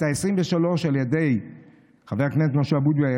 העשרים-ושלוש על ידי חבר כנסת משה אבוטבול,